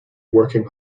working